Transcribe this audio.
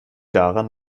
daran